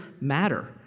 matter